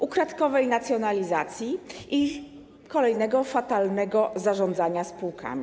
Ukradkowej nacjonalizacji i kolejnego fatalnego zarządzania spółkami?